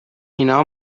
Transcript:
اینا